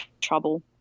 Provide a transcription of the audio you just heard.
trouble